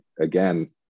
again